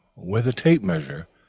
with a tape measure,